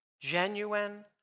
Genuine